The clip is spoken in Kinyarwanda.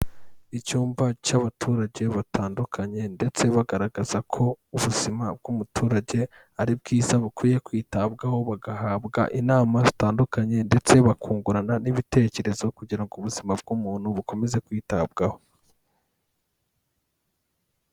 Icyumba cy'abaturage batandukanye ndetse bagaragaza ko ubuzima bw'umuturage ari bwiza, bukwiye kwitabwaho, bagahabwa inama zitandukanye ndetse bakungurana n'ibitekerezo kugira ngo ubuzima bw'umuntu bukomeze kwitabwaho.